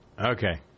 Okay